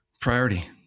priority